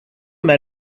men